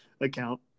account